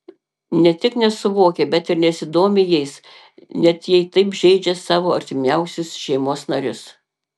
ne tik nesuvokia bet ir nesidomi jais net jei taip žeidžia savo artimiausius šeimos narius